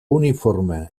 uniforme